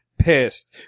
pissed